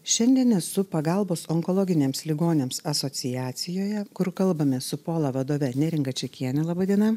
šiandien esu pagalbos onkologiniams ligoniams asociacijoje kur kalbamės su pola vadove neringa čiakienė laba diena